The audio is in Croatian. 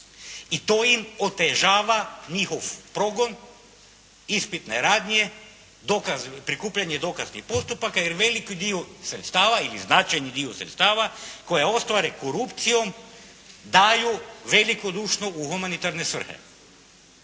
i to im otežava njihov progon, ispitne radnje, prikupljanje dokaznih postupaka jer veliki dio sredstava ili značajni dio sredstava koja ostvare korupcijom daju velikodušno u humanitarne svrhe.